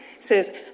says